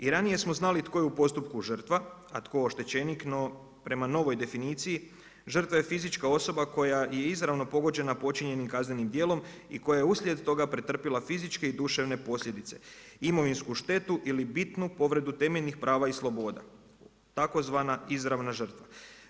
I ranije smo znali tko je u postupku žrtva a tko oštećenik no prema novoj definiciji žrtva je fizička osoba koja je i izravno pogođena počinjenim kaznenim djelom i koja je uslijed toga pretrpjela fizičke i duševne posljedice, imovinsku štetu ili bitnu povredu temeljnih prava i sloboda, tzv. izravna žrtva.